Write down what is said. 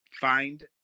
find